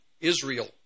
Israel